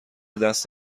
دست